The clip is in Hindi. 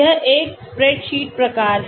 यह एक स्प्रेडशीट प्रकार है